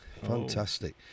Fantastic